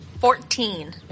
Fourteen